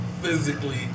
physically